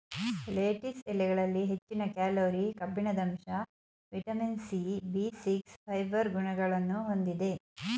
lettuce ಎಲೆಗಳಲ್ಲಿ ಹೆಚ್ಚಿನ calorie, ಕಬ್ಬಿಣದಂಶ, vitamin C, B six, fibre ಗುಣಗಳನ್ನು ಹೊಂದಿದೆ